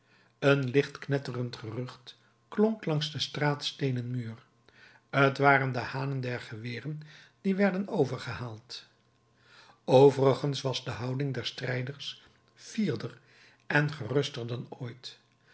een licht knetterend gerucht klonk langs den straatsteenen muur t waren de hanen der geweren die werden overgehaald overigens was de houding der strijders fierder en geruster dan ooit